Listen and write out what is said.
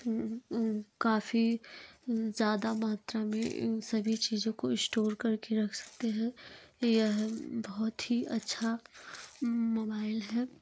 काफ़ी ज़्यादा मात्रा में इन सभी चीज़ों को स्टोर करके रख सकते हैं यह बहुत ही अच्छा मोबाइल है